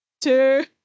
two